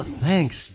thanks